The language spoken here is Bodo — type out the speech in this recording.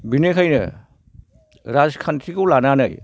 बेनिखायनो राजखान्थिखौ लानानै